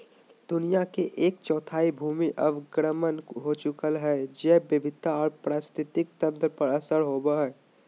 दुनिया के एक चौथाई भूमि अवक्रमण हो चुकल हई, जैव विविधता आर पारिस्थितिक तंत्र पर असर होवई हई